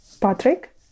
Patrick